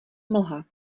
mlha